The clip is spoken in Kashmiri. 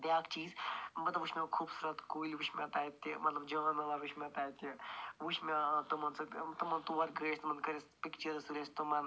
بیٛاکھ چیٖز مطلب وُچھ مےٚ خوٗبصوٗرت کُلۍ وُچھۍ مےٚ تَتہِ مطلب جانور وُچھ مےٚ تَتہِ وُچھ مےٚ ٲں تِمَن سۭتۍ ٲں تِمَن تور گٔے تِمَن کٔرۍ اسہِ پِکچٲرٕس تُلۍ اسہِ تِمَن